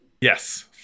Yes